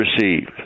receive